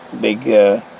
big